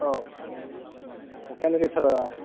आव अखायानो गैथारा